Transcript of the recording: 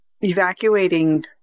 evacuating